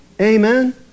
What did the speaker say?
Amen